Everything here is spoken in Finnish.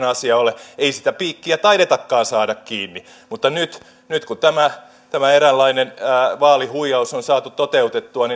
asia ole ja ei sitä piikkiä taidetakaan saada kiinni mutta nyt nyt kun tämä tämä eräänlainen vaalihuijaus on saatu toteutettua